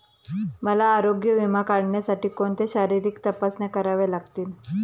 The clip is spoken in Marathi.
मला आरोग्य विमा काढण्यासाठी कोणत्या शारीरिक तपासण्या कराव्या लागतील?